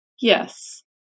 Yes